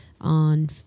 on